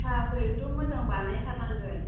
साहाखौ एखदम मोजां बानाय थारनांगोन